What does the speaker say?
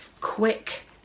quick